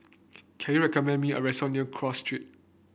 can you recommend me a restaurant near Cross Street